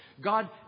God